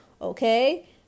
okay